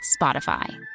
Spotify